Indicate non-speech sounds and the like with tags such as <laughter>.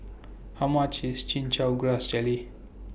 <noise> How much IS Chin Chow Grass Jelly